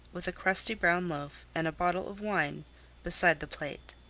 with a crusty brown loaf and a bottle of wine beside the plate.